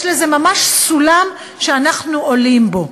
יש לזה ממש סולם שאנחנו עולים בו,